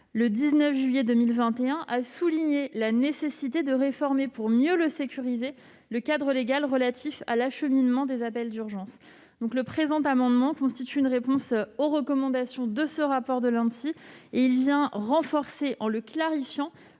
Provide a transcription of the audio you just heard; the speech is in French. le 19 juillet 2021 a souligné la nécessité de réformer, pour mieux le sécuriser, le cadre légal relatif à l'acheminement des appels d'urgence. Le présent amendement constitue une réponse aux recommandations de ce rapport. Il vise à renforcer, en la clarifiant,